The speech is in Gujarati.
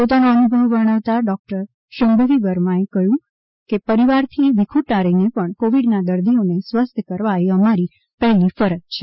પોતાનો અનુભવ વર્ણવતા ડૉક્ટર શંભવી વર્મા એ કહ્યું કે પરિવારથી વિખૂટા રહીને પાણ કોવિડના દર્દીઓને સ્વસ્થ કરવા એ અમારી પહેલી ફરજ છે